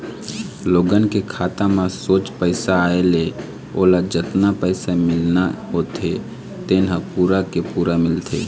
लोगन के खाता म सोझ पइसा आए ले ओला जतना पइसा मिलना होथे तेन ह पूरा के पूरा मिलथे